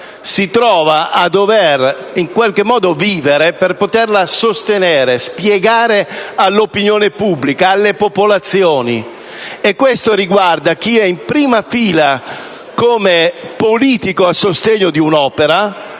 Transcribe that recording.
si trova a dover vivere, per poterla sostenere e spiegare all'opinione pubblica e alle popolazioni. Questo riguarda sia chi è in prima fila come politico a sostegno dell'opera,